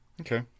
Okay